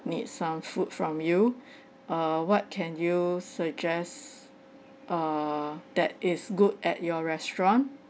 need some food from you err what can you suggest err that is good at your restaurant